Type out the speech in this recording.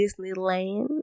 Disneyland